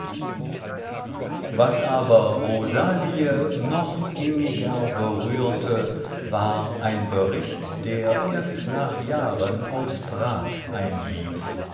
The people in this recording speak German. was aber rosalie noch inniger berührte war ein bericht der erst nach jahren aus prag einlief